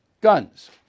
Guns